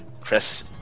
Chris